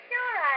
Sure